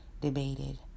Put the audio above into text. debated